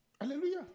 Hallelujah